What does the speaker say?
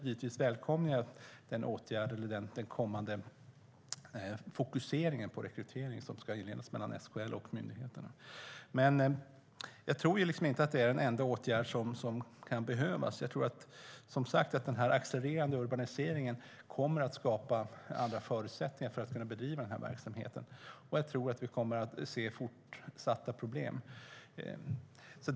Givetvis välkomnar jag den kommande fokuseringen på rekrytering som SKL och myndigheterna ska ha, men jag tror inte att det är den enda åtgärd som behöver vidtas. Den accelererande urbaniseringen kommer att skapa andra förutsättningar när det gäller att bedriva den här verksamheten, och jag tror att vi kommer att se fortsatta problem.